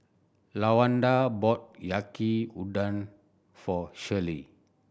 Lawanda bought Yaki Udon for Shirlie